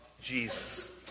Jesus